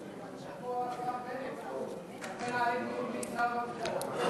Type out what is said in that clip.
השר בנט מתקשר לעובדים עכשיו.